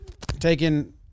Taking